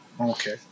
Okay